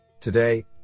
Today